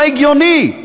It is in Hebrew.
לא הגיוני.